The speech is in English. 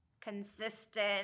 consistent